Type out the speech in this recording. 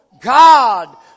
God